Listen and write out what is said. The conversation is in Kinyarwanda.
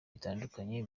bitandukanye